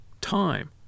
time